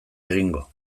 egingo